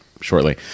shortly